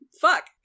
Fuck